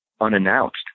unannounced